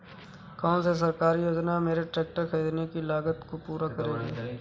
कौन सी सरकारी योजना मेरे ट्रैक्टर ख़रीदने की लागत को पूरा करेगी?